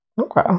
okay